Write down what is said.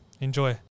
Enjoy